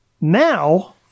Now